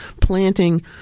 planting